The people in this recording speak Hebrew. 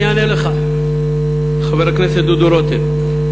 אני אענה לך, חבר הכנסת דודו רותם.